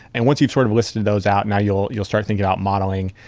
and once you've sort of listed those out, now you'll you'll start thinking about modeling.